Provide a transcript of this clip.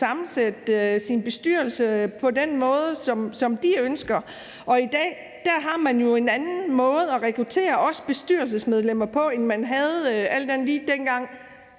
sammensætte sin bestyrelse på den måde, som virksomheden ønsker. I dag har man jo en anden måde at rekruttere også bestyrelsesmedlemmer på, end man alt andet lige havde,